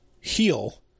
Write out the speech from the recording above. heal